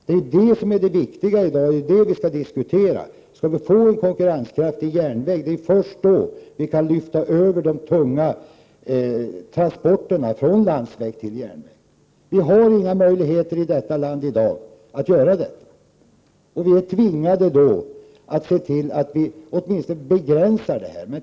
Det är ju det som är det viktiga i dag. Det är det vi skall diskutera. Det är först när vi har fått en konkurrenskraftig järnväg som vi kan lyfta över de tunga transporterna från landsväg till järnväg. Vi har i dag inga möjligheter att göra det i detta land. Vi är tvungna att se till att vi åtminstone begränsar detta.